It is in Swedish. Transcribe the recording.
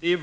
Det är